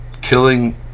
killing